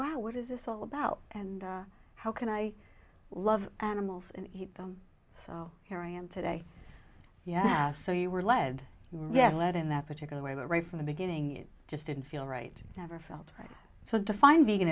wow what is this all about and how can i love animals and eat them so here i am today yeah so you were led yes led in that particular way but right from the beginning it just didn't feel right never felt right so define